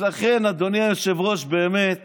אז לכן, אדוני היושב-ראש, באמת